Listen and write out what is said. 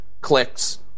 clicks